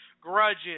grudges